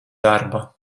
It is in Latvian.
darba